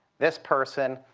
this person.